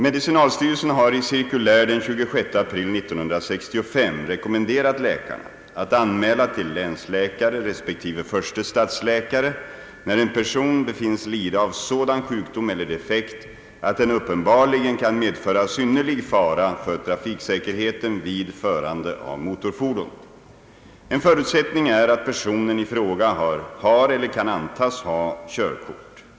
Medicinalstyrelsen har i cirkulär den 26 april 1965 rekommenderat läkarna att anmäla till länsläkare, resp. förste stadsläkare, när en person befinns lida av sådan sjukdom eller defekt att den uppenbarligen kan medföra synnerlig fara för trafiksäkerheten vid förande av motorfordon. En förutsättning är att personen i fråga har eller kan antas ha körkort.